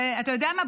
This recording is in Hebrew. ואתה יודע מה,